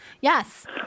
Yes